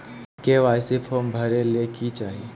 KYC form भरे ले कि चाही?